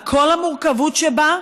על כל המורכבות שבה,